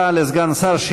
תודה לסגן השר.